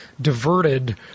diverted